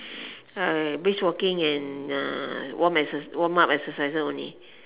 uh brisk walking and uh warm exer~ warmup exercises only